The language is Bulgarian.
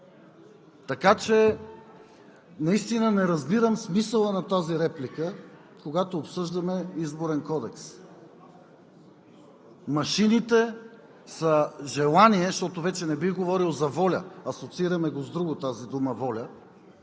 така че наистина не разбирам смисъла на тази реплика, когато обсъждаме Изборния кодекс. Машините са желание, защото вече не бих говорил за воля, асоциираме с друго тази дума, а